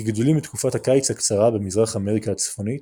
כגידולים לתקופת הקיץ הקצרה במזרח אמריקה הצפונית